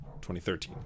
2013